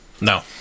No